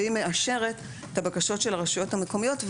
שהיא מאשרת את הבקשות של הרשויות המקומיות.